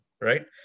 right